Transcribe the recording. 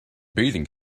bathing